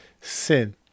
sin